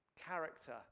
character